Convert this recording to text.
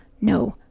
no